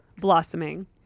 Blossoming